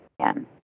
again